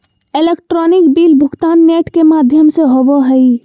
electronic bill भुगतान net के माघ्यम से होवो हइ